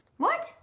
what?